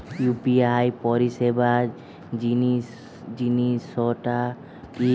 UPI পরিসেবা জিনিসটা কি?